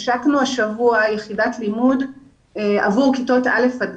השבוע השקנו יחידת לימוד עבור כיתות א' עד